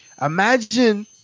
Imagine